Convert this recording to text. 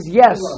yes